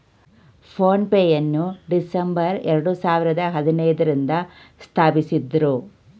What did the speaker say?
phone pay ಯನ್ನು December ಎರಡು ಸಾವಿರದ ಹದಿನೈದು ರಂದು ಸ್ಥಾಪಿಸಿದ್ದ್ರು